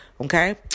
Okay